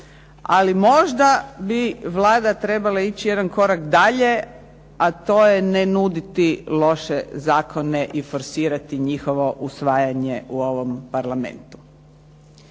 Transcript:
Ali možda bi Vlada trebala ići jedan korak dalje, a to je ne nuditi loše zakone i forsirati njihovo usvajanje u ovom Parlamentu.